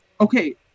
okay